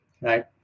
right